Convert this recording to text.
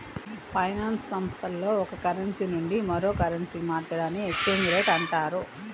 finance సంస్థల్లో ఒక currency నుండి మరో కరెన్సీకి మార్చడాన్ని ఎక్స్చేంజ్ రేట్ అంటరు